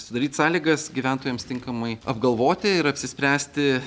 sudaryt sąlygas gyventojams tinkamai apgalvoti ir apsispręsti